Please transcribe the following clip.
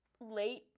late